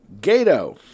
Gato